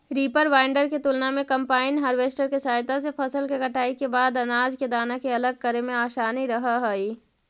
reaper binder के तुलना में कम्बाइन हार्वेस्टर के सहायता से फसल के कटाई के बाद अनाज के दाना के अलग करे में असानी रहऽ हई